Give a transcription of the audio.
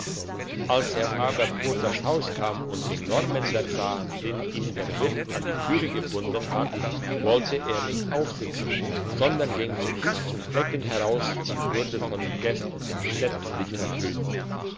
als er aber vor das haus kam und den normänder sah den ihm der wirt an die türe gebunden hat wollte er nicht aufsitzen sondern ging zu fuss zum flecken heraus und wurde von den gästen entsetzlich verhöhnt